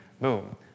Boom